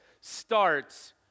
starts